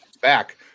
back